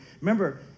Remember